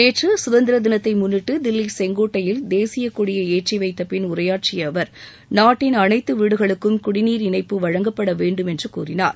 நேற்று சுதந்திர தினத்தை முன்னிட்டு தில்லி செங்கோட்டையில் தேசியக் கொடியை ஏற்றிவைத்தபின் உரையாற்றிய அவர் நாட்டின் அனைத்து வீடுகளுக்கும் குடிநீர் இணைப்பு வழங்கப்பட வேண்டும் என்று கூறினார்